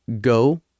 Go